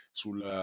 sul